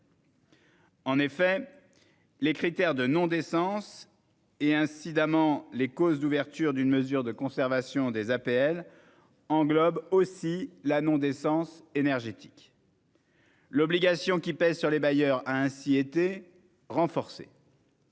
des aides. Les critères de non-décence et incidemment les causes d'ouverture d'une mesure de conservation des APL englobent la non-décence énergétique. L'obligation qui pèse sur les bailleurs a ainsi été renforcée.